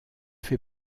fait